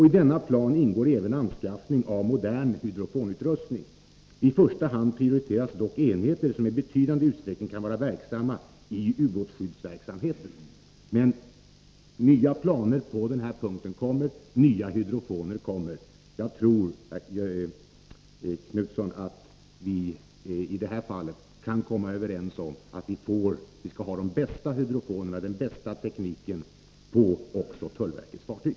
I denna plan ingår även anskaffning av modern hydrofonutrustning. I första hand prioriteras dock enheter som i betydande utsträckning kan vara verksamma i ubåtsskyddsverksamheten. Men nya planer på den här punkten kommer. Det kommer att anskaffas nya hydrofoner. Jag tror, Göthe Knutson, att vi i det här fallet kan bli överens om att vi skall ha bra hydrofoner och teknik också på tullverkets fartyg.